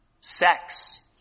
sex